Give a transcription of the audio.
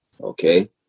Okay